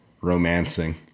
romancing